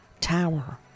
tower